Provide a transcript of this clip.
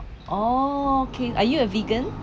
oh okay are you a vegan